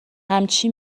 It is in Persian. همچی